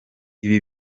ibi